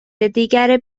دیگر